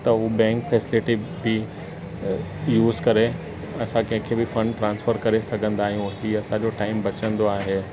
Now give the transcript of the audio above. त उहा bank facility बि यूस करे असां कंहिंखे बि फंड ट्रांसफर करे सघंदा आहियूं हीअं असांजो टाइम बचंदो आहे